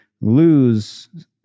lose